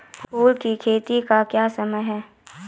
फुल की खेती का समय क्या हैं?